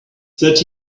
that